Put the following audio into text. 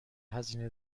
هزینه